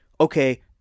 okay